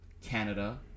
Canada